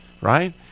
right